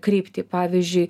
kryptį pavyzdžiui